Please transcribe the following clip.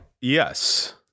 Yes